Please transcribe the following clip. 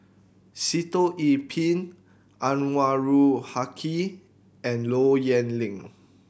Sitoh Yih Pin Anwarul Haque and Low Yen Ling